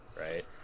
right